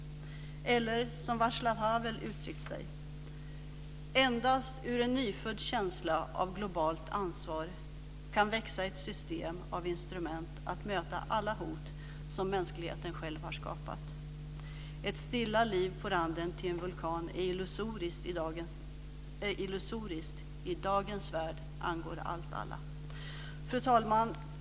Det är som Václav Havel uttrycker det: Endast ur en nyfödd känsla av globalt ansvar kan växa ett system av instrument att möta alla hot som mänskligheten själv har skapat. Ett stilla liv på randen till en vulkan är illusoriskt. I dagens värld angår allt alla. Fru talman!